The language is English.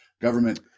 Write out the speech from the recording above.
Government